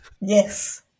Yes